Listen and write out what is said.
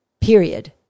Period